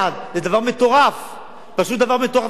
זה דבר מטורף לחלוטין.